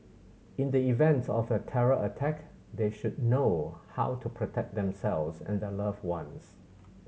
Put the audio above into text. in the event of a terror attack they should know how to protect themselves and their loved ones